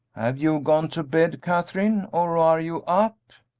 have you gone to bed, katherine, or are you up?